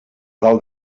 dalt